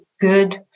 good